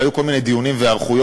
והיו כל מיני דיונים והיערכויות,